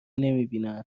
نمیبینن